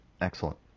Excellent